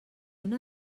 una